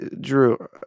Drew